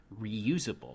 reusable